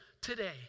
today